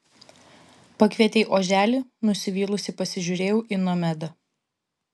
pakvietei oželį nusivylusi pasižiūrėjau į nomedą